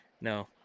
No